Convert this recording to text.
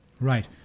Right